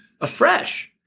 afresh